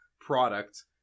product